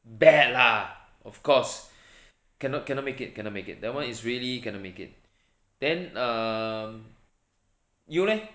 bad lah of course cannot cannot make it cannot make it that [one] is really cannot make it then um you leh